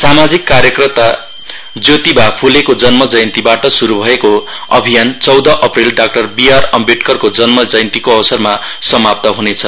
सामाजिक कार्यकर्ता ज्योतिबा फूलेको जन्म जयन्तिबाट श्रु भएको अभियान चौध अप्रेल डाक्टर बी आर अम्बेडकरको जन्म जयन्तिको अवसरमा समाप्त हुनेछ